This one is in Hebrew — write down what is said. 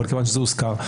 אבל כיוון שזה הוזכר,